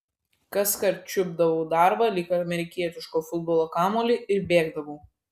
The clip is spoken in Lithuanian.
kaskart čiupdavau darbą lyg amerikietiško futbolo kamuolį ir bėgdavau